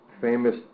famous